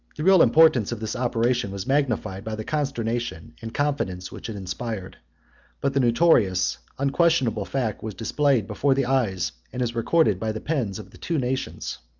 the real importance of this operation was magnified by the consternation and confidence which it inspired but the notorious, unquestionable fact was displayed before the eyes, and is recorded by the pens, of the two nations.